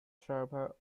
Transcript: server